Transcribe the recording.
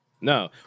No